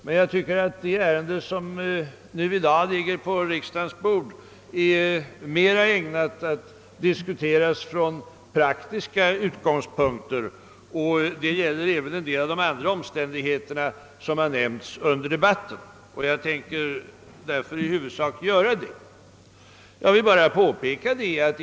Men jag tycker att det ärende som i dag ligger på riksdagens bord är mer ägnat att diskuteras från praktiska utgångspunkter, och det gäller även en del av de allmänna omständigheter som nämnts under debatten. Jag tänker därför i huvudsak göra detta.